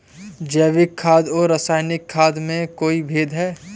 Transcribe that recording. जैविक खाद और रासायनिक खाद में कोई भेद है?